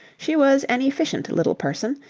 she was an efficient little person,